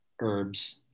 herbs